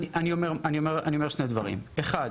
אני אומר שני דברים: אחד,